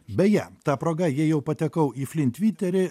beje ta proga jei jau patekau į flynt tviterį